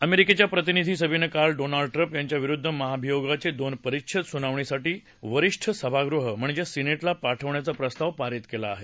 अमेरिकेच्या प्रतिनिधी सभेनं काल डोनाल्ड ट्रम्प यांच्या विरुद्ध महाभियोगाचे दोन अनुच्छेद सुनावणीसाठी वरिष्ठ सभागृह म्हणजेच सिने क्रि पाठवण्याचा प्रस्ताव पारित केला आहे